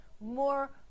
more